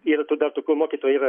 yr dar tų tokių yra mokytojų